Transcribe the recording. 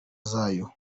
zayo